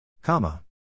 Comma